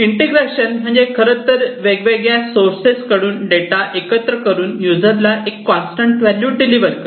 integration म्हणजे खरे तर वेगवेगळ्या सोर्सेस कडून डेटा एकत्र करून युजरला एक कॉन्स्टंट व्हॅल्यू डिलिवर करणे